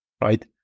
right